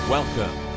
Welcome